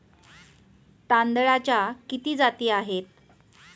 तांदळाच्या किती जाती आहेत?